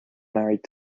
married